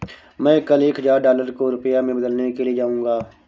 मैं कल एक हजार डॉलर को रुपया में बदलने के लिए जाऊंगा